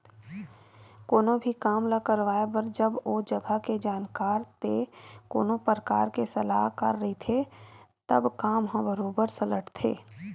कोनो भी काम ल करवाए बर जब ओ जघा के जानकार ते कोनो परकार के सलाहकार रहिथे तब काम ह बरोबर सलटथे